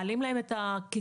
מעלים להם את הקצבה?